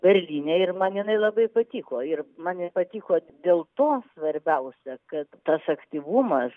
berlyne ir man jinai labai patiko ir man nepatiko dėl to svarbiausia kad tas aktyvumas